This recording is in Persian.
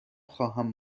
خواهم